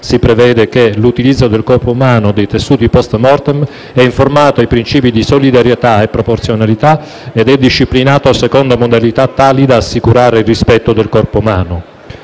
si prevede che l'utilizzo del corpo umano o dei tessuti *post mortem* sia informato ai principi di solidarietà e proporzionalità sia disciplinato secondo modalità tali da assicurare il rispetto del corpo umano.